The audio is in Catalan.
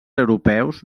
europeus